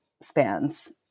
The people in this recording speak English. spans